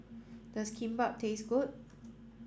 does Kimbap taste good